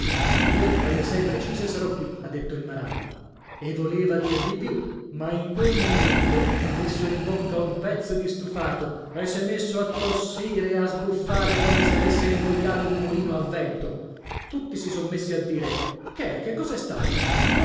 io alle sei precise sarò qui ha detto il maralli e voleva dir di più ma in quel momento ha messo in bocca un pezzo di stufato e s'è messo a tossire e a sbuffare come se avesse ingoiato un mulino a vento tutti si son messi a dire che è che cos'è stato